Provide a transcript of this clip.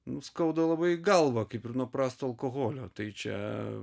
nu skauda labai galvą kaip ir nuo prasto alkoholio tai čia